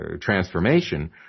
transformation